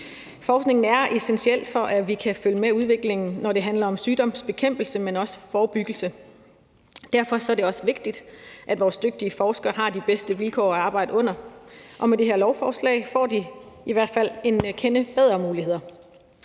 Forskning er essentielt for, at vi kan følge med udviklingen, når det handler om sygdomsbekæmpelse, men også forebyggelse. Derfor er det også vigtigt, at vores dygtige forskere har de bedste vilkår at arbejde under, og med det her lovforslag får de i hvert fald en kende bedre muligheder.